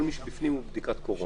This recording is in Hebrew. כל מי שבפנים הוא בבדיקת קורונה.